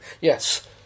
yes